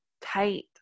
tight